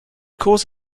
cause